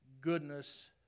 goodness